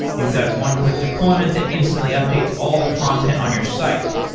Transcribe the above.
you've got one-click deployments that instantly updates all the content on your site.